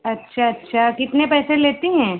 अच्छा अच्छा कितने पैसे लेती हैं